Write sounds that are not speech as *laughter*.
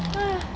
*breath*